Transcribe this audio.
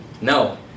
no